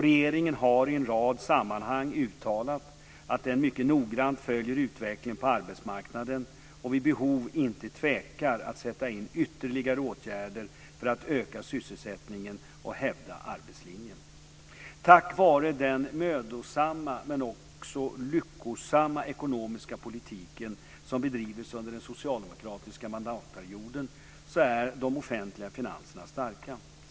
Regeringen har i en rad sammanhang uttalat att den mycket noggrant följer utvecklingen på arbetsmarknaden och vid behov inte tvekar att sätta in ytterligare åtgärder för att öka sysselsättningen och hävda arbetslinjen. Tack vare den mödosamma men också lyckosamma ekonomiska politiken som bedrivits under den socialdemokratiska mandatperioden så är de offentliga finanserna starka.